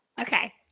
Okay